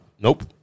Nope